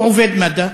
הוא עובד מד"א.